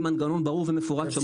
עם מנגנון ברור ומפורט.